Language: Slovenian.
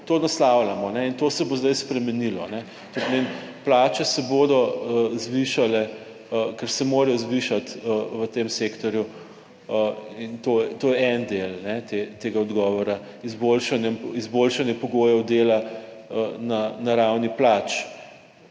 To naslavljamo in to se bo zdaj spremenilo. To pomeni plače se bodo zvišale, ker se morajo zvišati v tem sektorju. To je en del tega odgovora izboljšanje, izboljšanje pogojev dela na ravni plač.